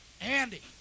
Andy